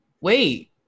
wait